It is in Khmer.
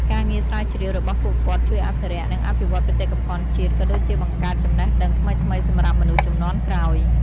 ការងារស្រាវជ្រាវរបស់ពួកគាត់ជួយអភិរក្ស និងអភិវឌ្ឍបេតិកភណ្ឌជាតិ ក៏ដូចជាបង្កើតចំណេះដឹងថ្មីៗសម្រាប់មនុស្សជំនាន់ក្រោយ។